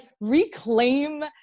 reclaim